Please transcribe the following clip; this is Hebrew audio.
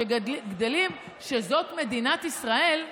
שגדלים לכך שזאת מדינת ישראל,